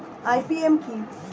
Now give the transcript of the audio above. IPM কি?